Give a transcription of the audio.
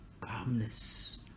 calmness